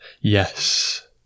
Yes